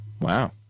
Wow